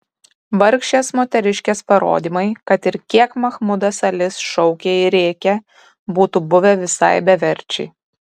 vargšės moteriškės parodymai kad ir kiek mahmudas alis šaukė ir rėkė būtų buvę visai beverčiai